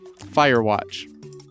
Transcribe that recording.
Firewatch